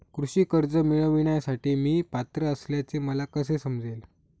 कृषी कर्ज मिळविण्यासाठी मी पात्र असल्याचे मला कसे समजेल?